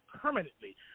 permanently